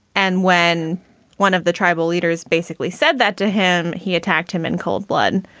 and when one of the tribal leaders basically said that to him, he attacked him in cold blood.